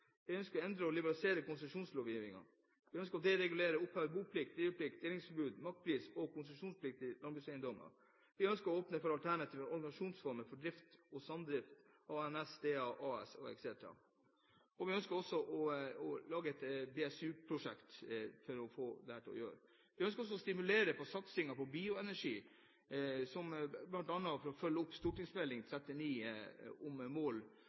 Vi ønsker å endre og liberalisere konsesjonslovgivningen. Vi ønsker å deregulere og oppheve boplikt, driveplikt, delingsforbud og makspris for konsesjonspliktige landbrukseiendommer. Vi ønsker å åpne for alternative organisasjonsformer for drift – samdrift, ANS, DA, AS etc. Vi ønsker også lage et BSU-prosjekt for å få til dette. Vi ønsker også å stimulere til satsingen på bioenergi, bl.a. for å følge opp St.meld. nr. 39 for 2008–2009 om